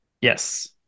Yes